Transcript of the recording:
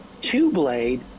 two-blade